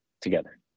together